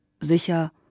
Sicher